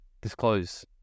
disclose